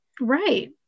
Right